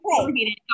Okay